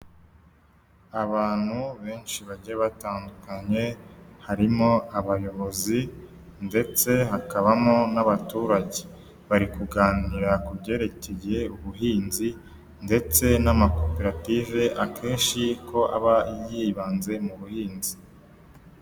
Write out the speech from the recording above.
Abantu benshi bagiye batandukanye, harimo abayobozi ndetse hakabamo n'abaturage. Bari kuganira ku byerekeye ubuhinzi ndetse n'amakoperative akenshi ko aba yibanze mu buhinzi.